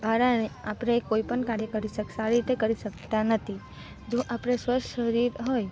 કારણે આપણે કોઈપણ કાર્ય કરી સારી રીતે કરી શકતા નથી જો આપણે સ્વસ્થ શરીર હોય